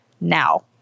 now